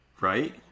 right